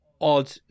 odd